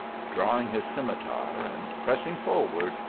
drawing his scimitar and pressing forward,